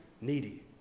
needy